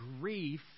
grief